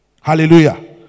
hallelujah